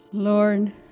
Lord